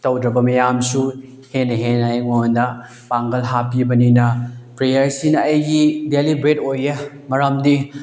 ꯇꯧꯗ꯭ꯔꯕ ꯃꯌꯥꯝꯁꯨ ꯍꯦꯟꯅ ꯍꯦꯟꯅ ꯑꯩꯉꯣꯟꯗ ꯄꯥꯡꯒꯜ ꯍꯥꯞꯄꯤꯕꯅꯤꯅ ꯄ꯭ꯔꯦꯌꯔꯁꯤꯅ ꯑꯩꯒꯤ ꯗꯦꯜꯂꯤꯕꯔꯦꯠ ꯑꯣꯏꯌꯦ ꯃꯔꯝꯗꯤ